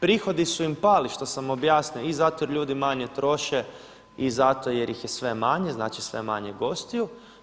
prihodi su im pali što sam objasnio i zato jer ljudi manje troše i zato jer ih je sve manje, znači sve manje gostiju.